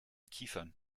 kiefern